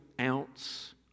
ounce